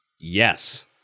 Yes